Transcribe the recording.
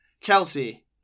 Kelsey